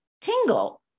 tingle